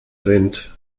sind